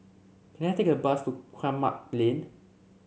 can I take a bus to Kramat Lane